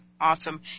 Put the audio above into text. Awesome